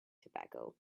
tobacco